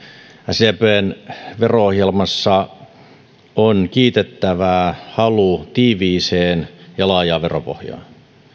sdpn vero ohjelmassa on kiitettävää halu tiiviiseen ja laajaan veropohjaan